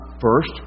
first